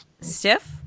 stiff